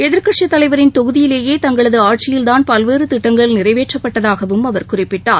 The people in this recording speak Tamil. எதிர்க்கட்சித் தலைவரின் தொகுதியிலேயே தங்களது பல்வேறு திட்டங்கள் நிறைவேற்றப்பட்டதாகவும் அவர் குறிப்பிட்டார்